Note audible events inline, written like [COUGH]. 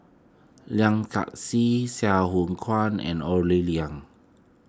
[UNINTELLIGIBLE] Sye Sai Hua Kuan and Ore [UNINTELLIGIBLE]